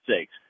sakes